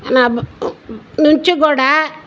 నా నుంచి కూడా